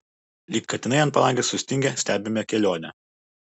lyg katinai ant palangės sustingę stebime kelionę